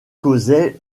causait